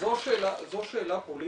זו שאלה פוליטית.